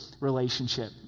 relationship